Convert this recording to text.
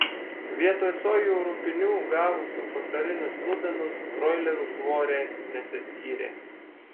vietoj sojų rupinių gavusių pašarinius lubinus broilerių svoriai nesiskyrė